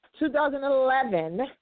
2011